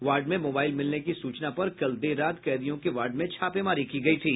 ward में mobile मिलने की सूचना पर कल देर रात कैदियों के वार्ड में छापेमारी की गयी थी